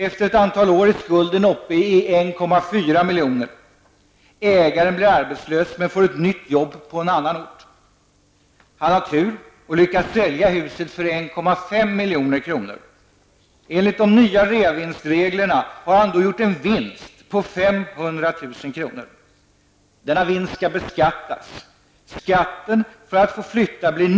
Efter ett antal år är skulden uppe i 1,4 milj.kr. Ägaren blir arbetslös, men får ett nytt jobb på en annan ort. Han har tur och lyckas sälja huset för 1,5 milj.kr. Enligt de nya reavinstreglerna har han då gjort en vinst på 500 000 kr. Denna vinst skall beskattas. 135 000 kr.